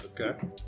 Okay